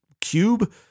cube